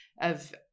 of-